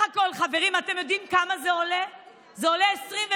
חברים, אתם יודעים כמה זה עולה בסך הכול?